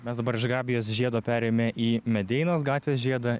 mes dabar iš gabijos žiedo perėjome į medeinos gatvės žiedą